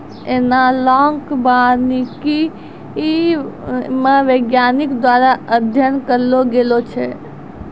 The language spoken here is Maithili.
एनालाँक वानिकी मे वैज्ञानिक द्वारा अध्ययन करलो गेलो छै